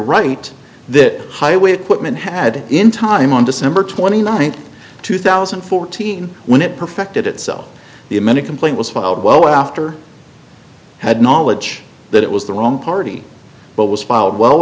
right that highway equipment had in time on december twenty ninth two thousand and fourteen when it perfected itself the many complaint was filed well after had knowledge that it was the wrong party but was filed well